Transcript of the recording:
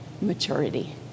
maturity